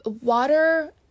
water